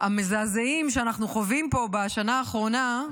המזעזעים שאנחנו חווים פה בשנה האחרונה,